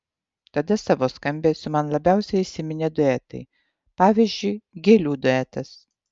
tada savo skambesiu man labiausiai įsiminė duetai pavyzdžiui gėlių duetas